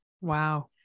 Wow